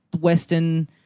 Western